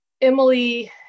Emily